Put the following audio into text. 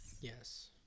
Yes